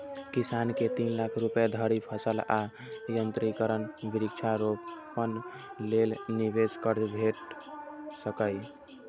किसान कें तीन लाख रुपया धरि फसल आ यंत्रीकरण, वृक्षारोपण लेल निवेश कर्ज भेट सकैए